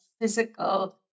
physical